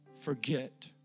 forget